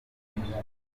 bamufitiye